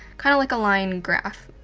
kind of like a line graph,